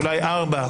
אולי ארבע,